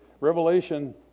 Revelation